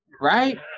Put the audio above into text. right